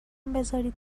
بزارید